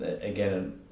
again